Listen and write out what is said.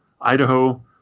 Idaho